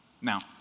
Now